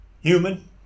Human